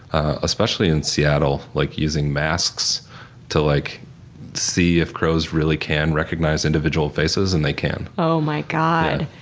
especially in seattle, like using masks to like see if crows really can recognize individual faces and they can. oh my god.